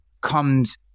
comes